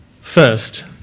First